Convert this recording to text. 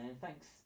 Thanks